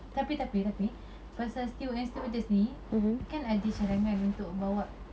tapi tapi tapi pasal steward and stewardess ni kan ada cadangan untuk bawa